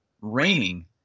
raining